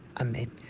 Amen